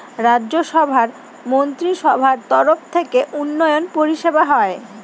রাজ্য সভার মন্ত্রীসভার তরফ থেকে উন্নয়ন পরিষেবা হয়